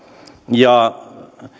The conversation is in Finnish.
ja